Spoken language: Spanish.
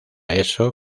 eso